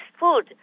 food